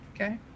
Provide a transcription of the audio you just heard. okay